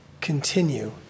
continue